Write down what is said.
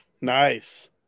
Nice